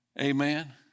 Amen